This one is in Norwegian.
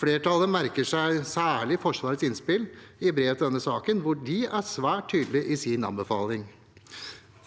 Flertallet merker seg særlig Forsvarets innspill i brev til denne saken, hvor de er svært tydelige i sin anbefaling.